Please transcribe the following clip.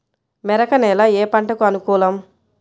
మెరక నేల ఏ పంటకు అనుకూలం?